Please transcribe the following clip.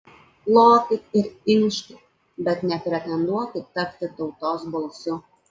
lokit ir inkškit bet nepretenduokit tapti tautos balsu